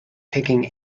taking